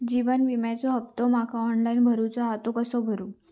जीवन विम्याचो हफ्तो माका ऑनलाइन भरूचो हा तो कसो भरू?